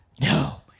no